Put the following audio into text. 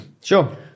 Sure